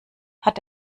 hat